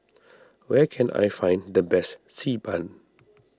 where can I find the best Xi Ban